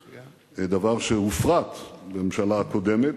זה דבר שהופרט בממשלה הקודמת,